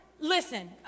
listen